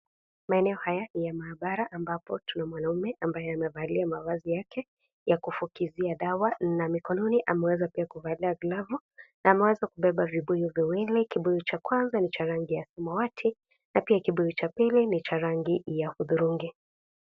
Maeneo haya ni ya maabara, ambapo tuna mwanaume ambaye amevalia mavazi yake ya kufukizia dawa na mikononi ameweza pia kuvalia glavu na ameweza kubeba vibuyu viwili. Kibuyu cha kwanza ni cha rangi ya samawati, na pia kibuyu cha pili ni cha rangi ya hudhurungi.